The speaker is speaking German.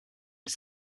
ich